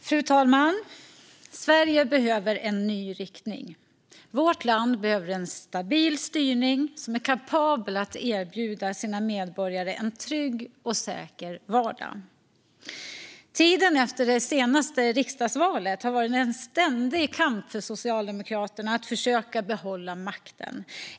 Fru talman! Sverige behöver en ny riktning. Vårt land behöver en stabil styrning som är kapabel att erbjuda sina medborgare en trygg och säker vardag. Tiden efter det senaste riksdagsvalet har varit en ständig kamp för Socialdemokraterna för att försöka behålla makten.